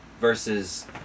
versus